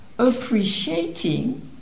appreciating